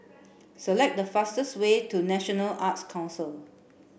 select the fastest way to National Arts Council